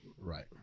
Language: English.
Right